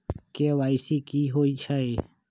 KYC कि होई छई?